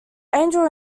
angel